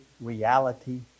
reality